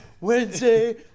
Wednesday